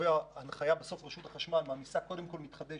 שקובע שמעמיסים קודם כול מתחדשת,